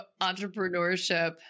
entrepreneurship